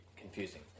confusing